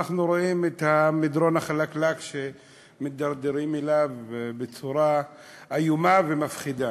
אנחנו רואים את המדרון החלקלק שמתדרדרים בו בצורה איומה ומפחידה,